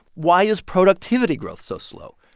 why is productivity growth so slow?